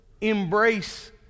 embrace